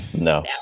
No